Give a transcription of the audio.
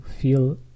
feel